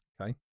Okay